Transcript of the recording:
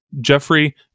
Jeffrey